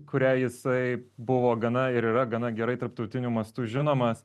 kurią jisai buvo gana ir yra gana gerai tarptautiniu mastu žinomas